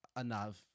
enough